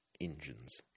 engines